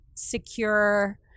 secure